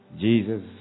Jesus